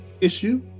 issue